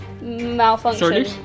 malfunction